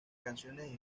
canciones